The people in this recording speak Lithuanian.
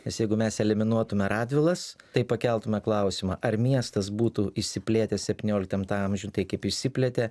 nes jeigu mes eliminuotume radvilas tai pakeltume klausimą ar miestas būtų išsiplėtęs septynioliktam tam amžiui tai kaip išsiplėtė